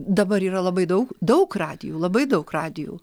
dabar yra labai daug daug radijų labai daug radijų